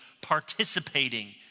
participating